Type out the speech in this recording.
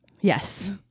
Yes